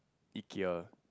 Ikea